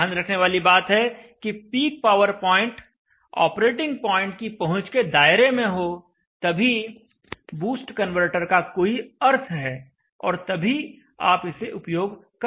ध्यान रखने वाली बात है कि peak power point operating point की पहुंच के दायरे में हो तभी बूस्ट कन्वर्टर का कोई अर्थ है और तभी आप इसे उपयोग कर सकते हैं